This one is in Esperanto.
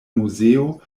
muzeo